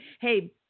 Hey